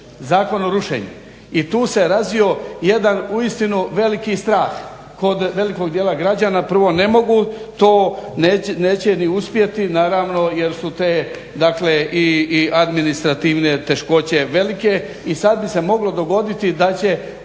zakon o rušenju. I tu se razvio jedan uistinu veliki strah kod velikog dijela građana. Prvo ne mogu to, neće ni uspjeti naravno jel su te i administrativne teškoće velike i sad bi se moglo dogoditi da će